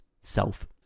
Self